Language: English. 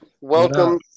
Welcome